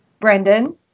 Brendan